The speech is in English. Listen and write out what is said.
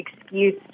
excuse